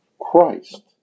Christ